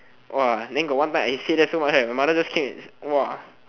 !wah! then got one time I say that so much right my mother just came and !wah!